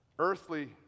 Earthly